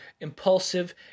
impulsive